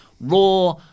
Raw